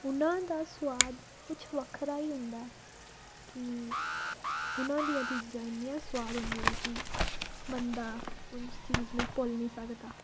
ਉਹਨਾਂ ਦਾ ਸਵਾਦ ਕੁਛ ਵੱਖਰਾ ਹੀ ਹੁੰਦਾ ਕਿ ਉਹਨਾਂ ਦੀਆਂ ਚੀਜ਼ਾਂ ਇੰਨੀਆਂ ਸਵਾਦ ਹੁੰਦੀਆਂ ਹੈ ਕਿ ਬੰਦਾ ਉਸ ਚੀਜ਼ ਨੂੰ ਭੁੱਲ ਨਹੀਂ ਸਕਦਾ